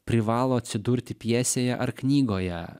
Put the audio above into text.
privalo atsidurti pjesėje ar knygoje